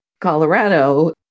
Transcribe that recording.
Colorado